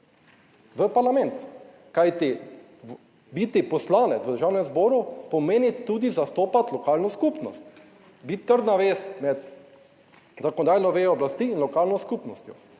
v parlament, kajti biti poslanec v Državnem zboru pomeni tudi zastopati lokalno skupnost, biti trdna vez med zakonodajno vejo oblasti in lokalno skupnostjo.